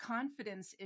confidence